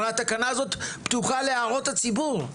הרי התקנה הזאת פתוחה להערות הציבור.